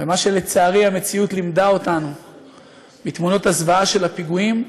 ומה שלצערי המציאות לימדה אותנו מתמונות הזוועה של הפיגועים,